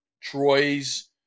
Troy's